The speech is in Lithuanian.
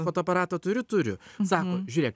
fotoaparatą turi turiu sako žiūrėk